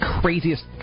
craziest